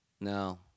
No